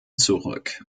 zurück